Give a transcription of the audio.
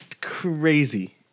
crazy